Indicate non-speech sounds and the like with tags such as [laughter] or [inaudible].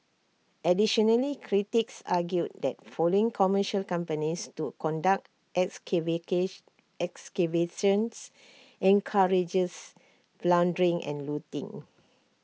additionally critics argued that following commercial companies to conduct [unintelligible] excavations encourages plundering and looting